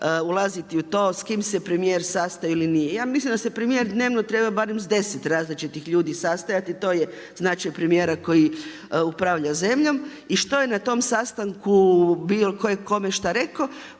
ulaziti u to s kim se premijer sastao ili nije. Ja mislim da se premijer treba dnevno barem s deset različitih ljudi sastajati, to je značaj premijera koji upravlja zemljom, i što je na tom sastanku bilo tko je šta kome rekao,